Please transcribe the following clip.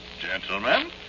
gentlemen